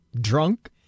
drunk